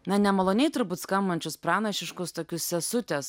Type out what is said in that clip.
na nemaloniai turbūt skambančius pranašiškus tokius sesutės